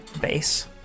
base